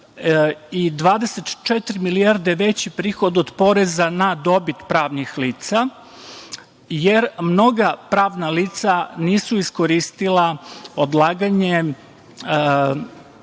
i 24 milijarde veći prihod od poreza na dobit pravnih lica, jer mnoga pravna lica nisu iskoristila odlaganje